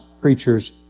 preachers